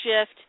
shift